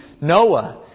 Noah